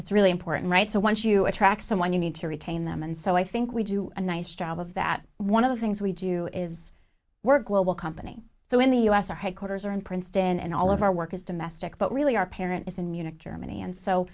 it's really important right so once you attract someone you need to retain them and so i think we do a nice job of that one of the things we do is work global company so in the u s our headquarters are in princeton and all of our work is domestic but really our parent is in munich germany and so